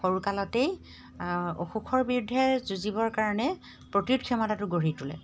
সৰুকালতেই অসুখৰ বিৰুদ্ধে যুঁজিবৰ কাৰণে প্ৰতিৰোধ ক্ষমতাটো গঢ়ি তোলে